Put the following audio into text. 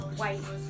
white